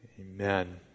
Amen